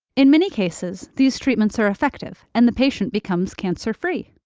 in many cases, these treatments are effective and the patient becomes cancer-free.